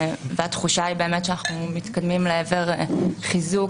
והתחושה היא באמת שאנחנו מתקדמים לעבר חיזוק